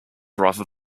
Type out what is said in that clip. rather